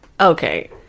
Okay